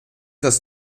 das